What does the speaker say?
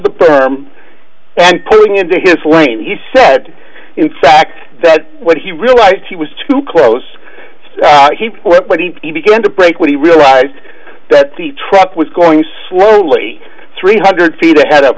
the perm and pulling into his lane he said in fact that when he realized he was too close but he began to brake when he realized that the truck was going slowly three hundred feet ahead of